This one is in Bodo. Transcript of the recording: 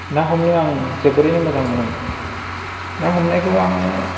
ना हमनो आं जोबोरैनो मोजां मोनो ना हमनायखौ आङो